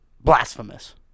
Blasphemous